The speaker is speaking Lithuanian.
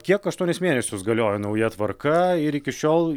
kiek aštuonis mėnesius galioja nauja tvarka ir iki šiol